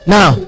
Now